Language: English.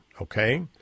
okay